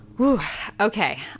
Okay